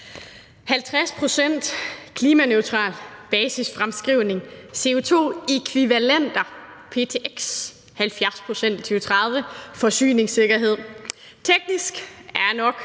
klimaneutral, basisfremskrivning, CO2-ækvivalenter, ptx, 70 pct. i 2030, forsyningssikkerhed – teknisk? Ja, nok